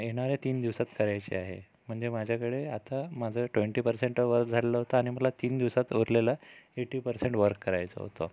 येणाऱ्या तीन दिवसात करायचे आहे म्हणजे माझ्याकडे आता माझं ट्वेंटी पर्सेंट तर वर्क झालं होतं आणि मला तीन दिवसात उरलेलं एटी पर्सेंट वर्क करायचं होतं